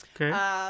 Okay